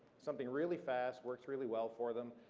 something really fast, works really well for them,